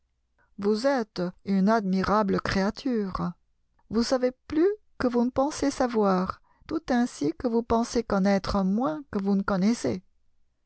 vous êtes une admirable créature vous savez plus que vous ne pensez savoir tout ainsi que vous pensez connaître moins que vous ne connaissez